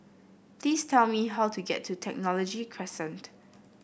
please tell me how to get to Technology Crescent